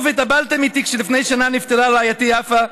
ושוב התאבלתם איתי כשלפני שנה נפטרה רעייתי יפה,